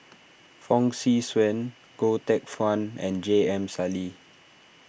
Fong Swee Suan Goh Teck Phuan and J M Sali